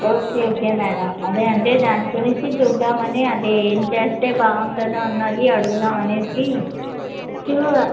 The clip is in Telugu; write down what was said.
ఓకే ఓకే మ్యాడం అదే అంటే దాని గురించి చూద్దామని అదే ఏం చేస్తే బాగుంటుందో అన్నది అడుగుదామనేసి